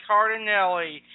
Cardinelli